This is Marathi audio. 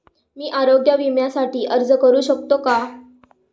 मी आरोग्य विम्यासाठी अर्ज करू शकतो का?